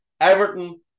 Everton